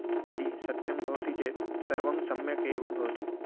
यदि सत्यं भवति चेत् सर्वं सम्यक् एव भवति